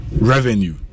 Revenue